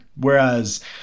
Whereas